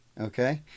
Okay